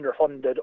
underfunded